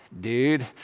dude